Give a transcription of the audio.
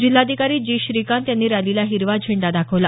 जिल्हाधिकारी जी श्रीकांत यांनी रॅलीला हिरवा झेंडा दाखवला